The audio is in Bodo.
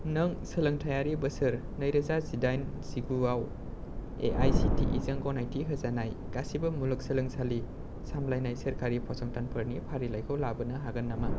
नों सोलोंथायारि बोसोर नैरोजा जिदाइन जिगुआव एआइसिटिइजों गनायथि होजानाय गासैबो मुलुगसोलोंसालि सामलायनाय सोरखारि फसंथानफोरनि फारिलाइखौ लाबोनो हागोन नामा